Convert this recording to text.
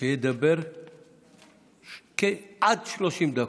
וידבר עד 30 דקות.